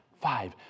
five